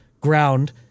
ground